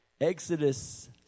Exodus